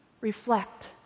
reflect